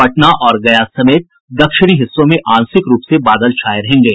पटना और गया समेत दक्षिणी हिस्सों में आंशिक रूप से बादल छाये रहेंगे